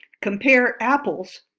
compare apples,